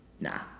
nah